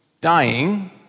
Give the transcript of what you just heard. dying